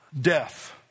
death